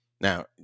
Now